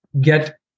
get